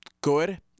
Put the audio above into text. good